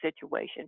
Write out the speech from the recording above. situation